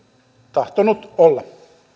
tahtoneet olla